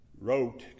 wrote